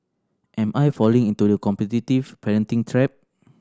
am I falling into the competitive parenting trap